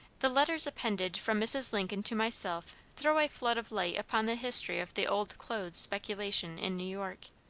the letters appended from mrs. lincoln to myself throw a flood of light upon the history of the old clothes speculation in new york.